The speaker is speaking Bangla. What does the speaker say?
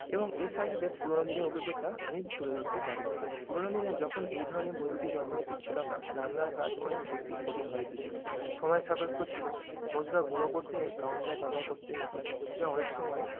এবং এর সাথে সাথে পুরোনো দিনের অভিজ্ঞতা আমি তুলে ধরতে পারি পুরোনো দিনে যখন এই ধরনের বৈদ্যুতিক যন্ত্রপাতি ছিলো না রান্নার কাজ অনেক বেশি কঠিন হয়ে গিয়েছিলো সময়সাপেক্ষ ছিলো মশলা গুঁড়ো করতে গ্রাউন্ডার ব্যবহার করতে হতো যা অনেক সময়